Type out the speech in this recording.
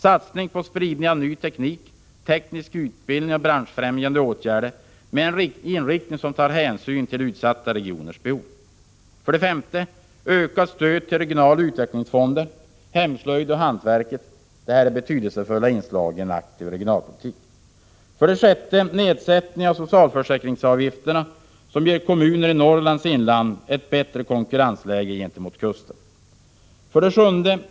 Satsning på spridning av ny teknik, teknisk utbildning och branschfrämjande åtgärder med en inriktning som tar hänsyn till utsatta regioners behov. 5. Ökat stöd till de regionala utvecklingsfonderna, hemslöjden och hantverket. Det är betydelsefulla inslag i en aktiv regionalpolitik. 6. Nedsättning av socialförsäkringsavgifterna, som ger kommunerna i Norrlands inland ett bättre konkurrensläge gentemot kustkommunerna. 7.